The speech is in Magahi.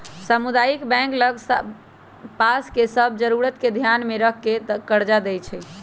सामुदायिक बैंक लग पास के सभ जरूरत के ध्यान में ध कऽ कर्जा देएइ छइ